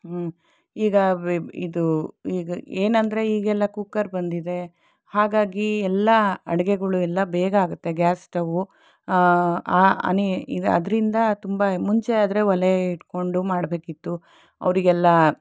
ಈಗ ಇದು ಈಗ ಏನೆಂದ್ರೆ ಈಗ ಎಲ್ಲ ಕುಕ್ಕರ್ ಬಂದಿದೆ ಹಾಗಾಗಿ ಎಲ್ಲ ಅಡುಗೆಗಳು ಎಲ್ಲ ಬೇಗ ಆಗುತ್ತೆ ಗ್ಯಾಸ್ ಸ್ಟವ್ ಅದರಿಂದ ತುಂಬ ಮುಂಚೆ ಆದರೆ ಒಲೆ ಇಟ್ಕೊಂಡು ಮಾಡ್ಬೇಕಿತ್ತು ಅವರಿಗೆಲ್ಲ